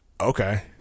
okay